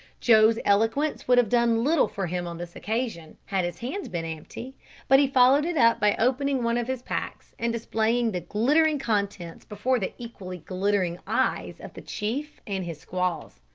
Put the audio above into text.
joe's eloquence would have done little for him on this occasion had his hands been empty but he followed it up by opening one of his packs, and displaying the glittering contents before the equally glittering eyes of the chief and his squaws.